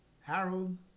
Harold